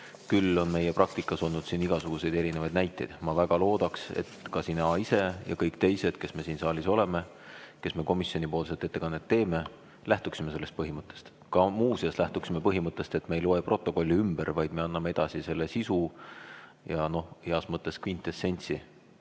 Küll on meie praktikas olnud igasuguseid näiteid. Ma väga loodan, et ka sina ise ja kõik teised, kes me siin saalis oleme, kes me komisjonipoolset ettekannet teeme, lähtuksime sellest põhimõttest. Ka võiksime lähtuda põhimõttest, et me ei loe protokolli ette, vaid me anname edasi selle sisu ja heas mõttes kvintessentsi